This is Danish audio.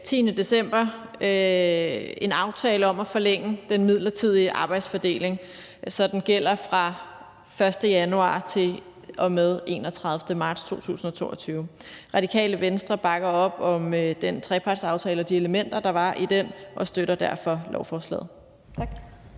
10. december en aftale om at forlænge den midlertidige arbejdsfordeling, så den gælder fra den 1. januar til og med den 31. marts 2022. Radikale Venstre bakker op om den trepartsaftale og de elementer, der var i den, og støtter derfor lovforslaget.